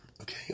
Okay